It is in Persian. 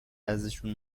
ازشون